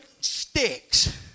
sticks